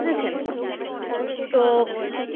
বুঝেছেন তো এইটা